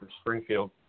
Springfield